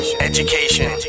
education